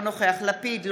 אינו נוכח יאיר לפיד,